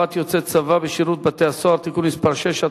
יוצאי צבא בשירות בתי-הסוהר) (תיקון מס' 6),